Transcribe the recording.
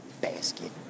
basket